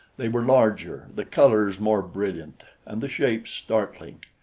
they were larger, the colors more brilliant and the shapes startling,